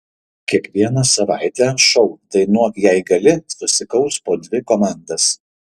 kiekvieną savaitę šou dainuok jei gali susikaus po dvi komandas